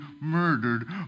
murdered